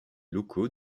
locaux